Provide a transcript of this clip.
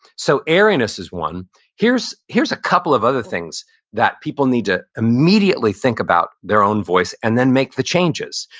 so, airiness is one here's here's a couple of other things that people need to immediately think about their own voice and then make the changes.